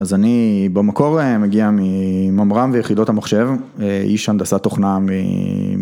אז אני במקור מגיע מממר"ם ויחידות המחשב, איש הנדסת תוכנה מ...